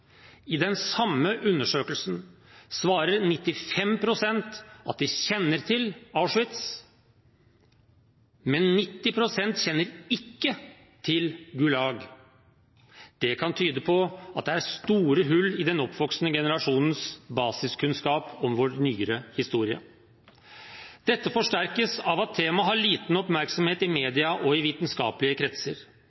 I den samme undersøkelsen svarer 95 pst. at de kjenner til Auschwitz, men 90 pst. kjenner ikke til Gulag. Det kan tyde på at det er store hull i den oppvoksende generasjons basiskunnskap om vår nyere historie. Dette forsterkes av at temaet har liten oppmerksomhet i